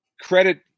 credit